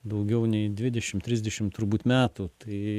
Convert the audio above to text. daugiau nei dvidešim trisdešim turbūt metų tai